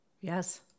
Yes